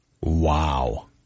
Wow